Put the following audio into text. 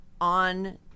on